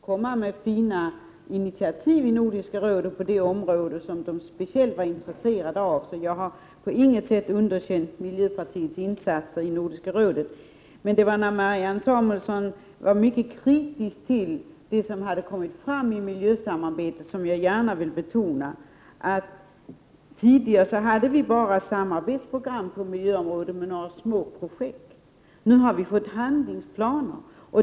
Herr talman! Jag vill gärna understryka att jag i mitt svar just sade att jag hoppades att miljöpartisterna nu skulle komma med fina initiativ i Nordiska rådet på det område de var speciellt intresserade av. Jag har på inget sätt underkänt miljöpartiets insatser i Nordiska rådet. Men det var när Marianne Samuelsson var mycket kritisk mot det som hade kommit fram i miljösamarbetet som jag gärna ville betona att vi tidigare bara hade samarbetsprogram på miljöområdet för några små projekt, medan vi nu har fått handlingsplaner.